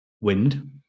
wind